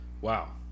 Wow